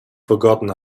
forgotten